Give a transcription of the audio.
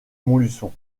montluçon